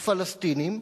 לפלסטינים,